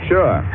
Sure